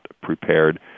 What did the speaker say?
prepared